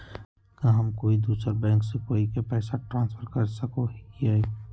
का हम कोई दूसर बैंक से कोई के पैसे ट्रांसफर कर सको हियै?